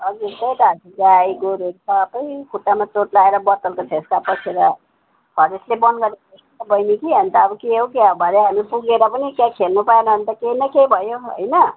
हजुर हो त गाई गोरु सबै खुट्टामा चोट लागेर बोतलको छेस्का पसेर फरेस्टले बन्द गरेको रहेछ कि बहिनी के हो के हो भरे अन्त हामी पुगेर पनि त्यहाँ खेल्नु पाएन भने केही न केही भयो होइन